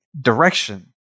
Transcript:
direction